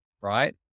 right